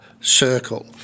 circle